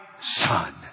son